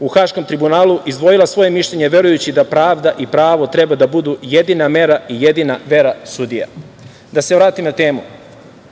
u Haškom tribunalu izdvojila svoje mišljenje verujući da pravda i pravo treba da budu jedina mera i jedina vera sudija. Da se vratim na temu.